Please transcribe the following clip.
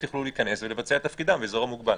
יוכלו להיכנס ולבצע את תפקידם באזור המוגבל.